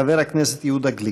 חבר הכנסת יהודה גליק.